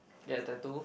get a tattoo